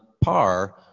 par